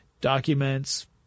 documents